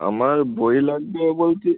আমার বই লাগবে বলতে